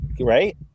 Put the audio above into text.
right